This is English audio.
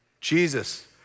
Jesus